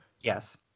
Yes